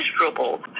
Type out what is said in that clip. miserable